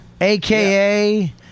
aka